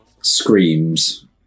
screams